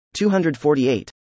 248